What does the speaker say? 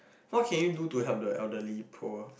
what can you do to help the elderly poor